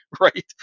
right